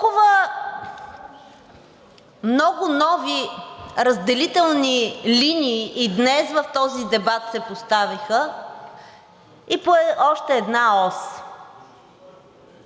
Толкова много нови разделителни линии и днес в този дебат се поставиха и по още една ос: